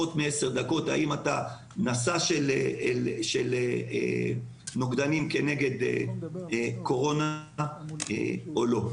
פחות מעשר דקות האם אתה נשא של נוגדנים לקורונה או לא.